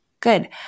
good